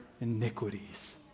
iniquities